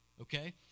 Okay